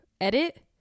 edit